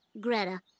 Greta